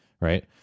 right